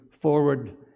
forward